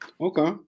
Okay